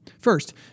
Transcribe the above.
First